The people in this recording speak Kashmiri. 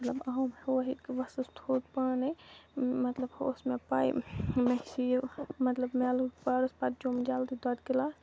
مطلب آوُم ؤژھٕس تھوٚد پانَے مطلب ہُہ اوس مےٚ پَے مےٚ چھِ یہِ مطلب مےٚ لوٚگ پاورَس پَتہٕ چیوم جلدی دۄد گِلاس